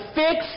fix